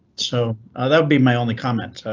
so that would be my only comment.